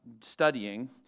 studying